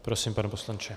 Prosím, pane poslanče.